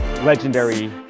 legendary